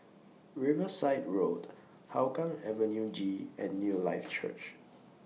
Riverside Road Hougang Avenue G and Newlife Church